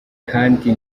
kandi